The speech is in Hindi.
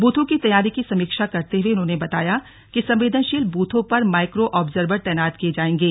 ब्रथों की तैयारी की समीक्षा करते हुए उन्होंने बताया कि संवेदनशील बूथों पर माइक्रो ऑब्जर्वर तैनात किये जाएंगे